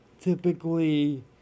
typically